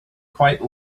quite